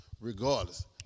regardless